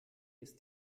ist